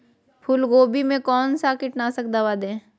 फूलगोभी में कौन सा कीटनाशक दवा दे?